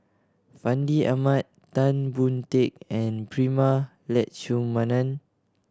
Fandi Ahmad Tan Boon Teik and Prema Letchumanan